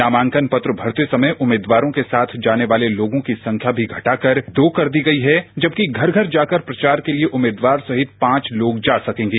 नामांकन पत्र भरते समय उम्मीदवारों के साथ जाने वाले लोगों की संख्या भी घटाकर दो कर दी गयी है जबकि घर घर जाकर प्रचार के लिए उम्मीदवार सहित पांच लोग जा सकेंगे